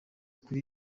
kuli